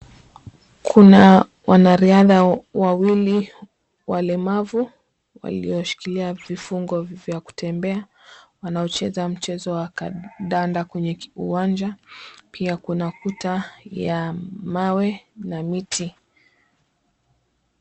Kuna wanariadha wawili walemavu, walioshikilia vifungo vya kutembea wanaocheza mchezo wa kandanda kwenye uwanja. Pia kuna kuta ya mawe na miti.